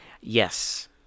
Yes